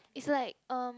it's like um